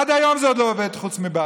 עד היום זה עוד לא עובד, חוץ מבהדסה.